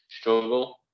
struggle